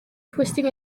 twisting